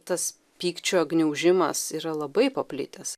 tas pykčio gniaužimas yra labai paplitęs